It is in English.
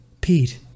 pete